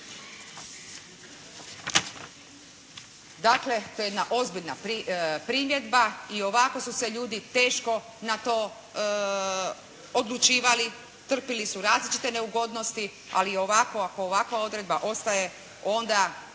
Dakle, to je jedna ozbiljna primjedba. I ovako su se ljudi teško na to odlučivali, trpjeli su različite neugodno ali ovako ako ovakva ova odredba ostaje onda